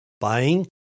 buying